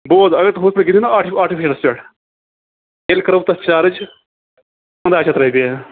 بوز اگَر تُہۍ ہُتھ پٮ۪ٹھ گِندِو نا آٹفِشَل آٹفِشَل پٮ۪ٹھ تیٚلہِ کَرو بہٕ تَتھ چارٕج پنٛداہ شَتھ رۄپیہِ